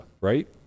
right